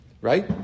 right